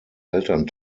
eltern